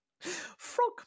frog